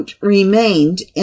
remained